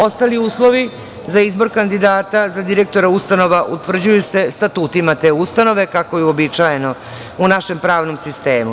Ostali uslovi za izbor kandidata za direktora ustanova utvrđuju se statutima te ustanove, kako je uobičajeno u našem pravnom sistemu.